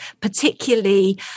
particularly